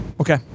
Okay